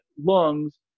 lungs